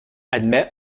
admet